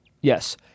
yes